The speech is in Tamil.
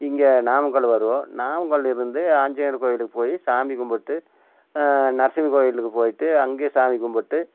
இங்கே நாமக்கல் வருவோம் நாமக்கல்ல இருந்து ஆஞ்சிநேயர் கோயிலுக்கு போய் சாமி கும்பிட்டு நரசிம்மன் கோயிலுக்கு போய்ட்டு அங்கேயும் சாமி கும்பிட்டு